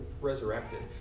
resurrected